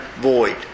void